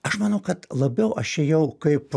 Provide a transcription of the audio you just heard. aš manau kad labiau aš ėjau kaip